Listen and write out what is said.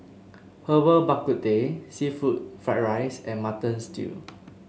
Herbal Bak Ku Teh seafood Fried Rice and Mutton Stew